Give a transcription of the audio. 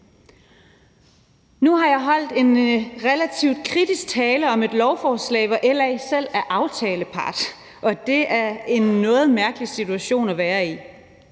Nu har jeg holdt en relativt kritisk tale om et lovforslag, hvor LA selv er aftalepart, og det er en noget mærkelig situation at være i.